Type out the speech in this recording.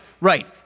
right